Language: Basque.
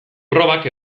probak